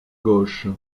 gauche